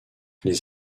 les